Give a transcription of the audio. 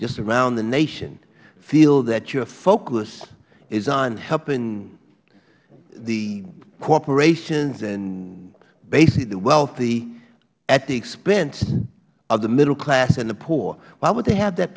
just around the nation feel that your focus is on helping the corporations and basically the wealthy at the expense of the middle class and the poor why would they have that